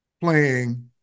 playing